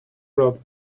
broke